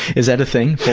is that a thing,